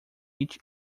each